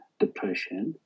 depression